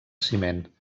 ciment